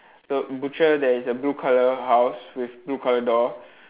so butcher there is a blue colour house with blue colour door